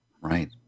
Right